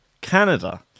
Canada